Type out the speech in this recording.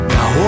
Now